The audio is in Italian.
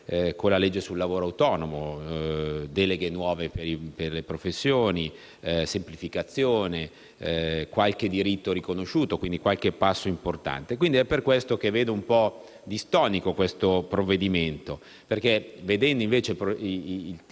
con la legge sul lavoro autonomo e le deleghe nuove per le professioni, la semplificazione, qualche diritto riconosciuto e qualche passo importante. È per questo che vedo un po' distonico questo provvedimento. Esaminando ciò che